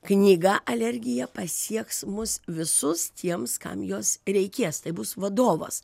knyga alergija pasieks mus visus tiems kam jos reikės tai bus vadovas